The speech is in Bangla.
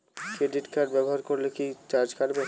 ক্রেডিট কার্ড ব্যাবহার করলে কি চার্জ কাটবে?